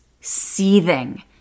seething